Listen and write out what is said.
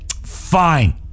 fine